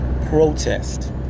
protest